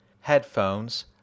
headphones